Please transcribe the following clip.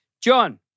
John